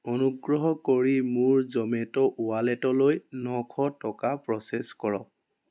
অনুগ্ৰহ কৰি মোৰ জ'মেট' ৱালেটলৈ নশ টকা প্ৰ'চেছ কৰক